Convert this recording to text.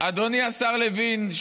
אדוני השר לוין,